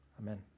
amen